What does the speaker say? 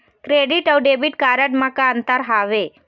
Credit अऊ debit card म का अंतर हावे?